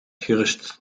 gerust